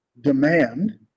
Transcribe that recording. demand